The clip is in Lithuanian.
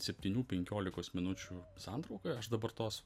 septynių penkiolikos minučių santrauka aš dabar tos